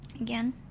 again